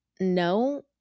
no